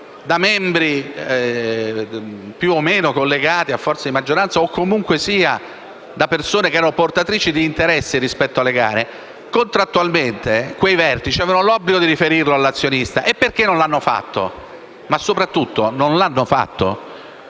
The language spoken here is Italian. da membri più o meno collegati a forze di maggioranza o, comunque, da persone portatrici di interessi rispetto alle gare? Contrattualmente quei vertici avevano l'obbligo di riferire all'azionista. Perché non l'hanno fatto? Ma, soprattutto, non l'hanno fatto?